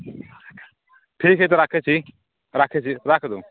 ठीक छै तऽ राखै छी राखै छी राख दू